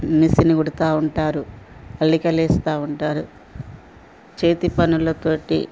machine కుడుతూ ఉంటారు అల్లికలేస్తా ఉంటారు చేతి పనుల తోటి